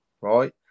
right